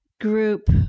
group